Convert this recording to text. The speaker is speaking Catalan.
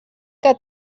que